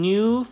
New